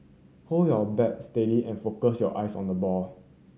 hold your bat steady and focus your eyes on the ball